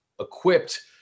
equipped